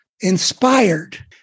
inspired